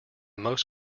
most